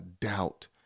doubt